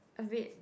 a bit